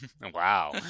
Wow